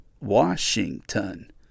Washington